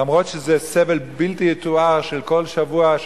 אף שזה סבל בלתי יתואר של כל שבוע,